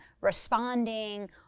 responding